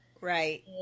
Right